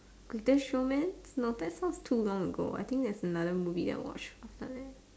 Greatest Showman no that sounds too long ago I think there's another movie I watched after that